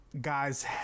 guys